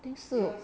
I think so